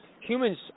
humans